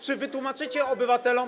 Czy wytłumaczycie obywatelom.